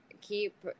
keep